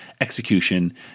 execution